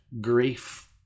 grief